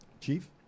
Chief